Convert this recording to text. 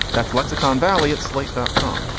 that's lexicon valley at slate dot com.